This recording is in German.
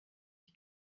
ich